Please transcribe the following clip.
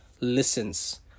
listens